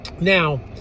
Now